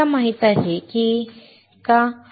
तुम्हाला माहीत आहे का